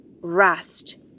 rest